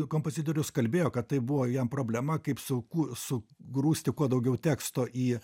kompozitorius kalbėjo kad tai buvo jam problema kaip sunku sugrūsti kuo daugiau teksto į